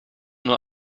nur